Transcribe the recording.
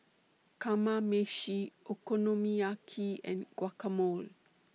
Kamameshi Okonomiyaki and Guacamole